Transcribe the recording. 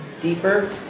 deeper